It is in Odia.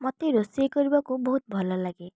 ମୋତେ ରୋଷେଇ କରିବାକୁ ବହୁତ ଭଲ ଲାଗେ